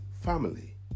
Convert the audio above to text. Family